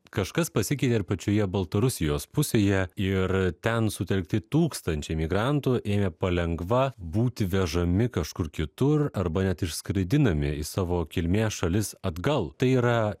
kažkas pasikeitė ir pačioje baltarusijos pusėje ir ten sutelkti tūkstančiai migrantų ėmė palengva būti vežami kažkur kitur arba net išskraidinami į savo kilmės šalis atgal tai yra